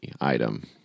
item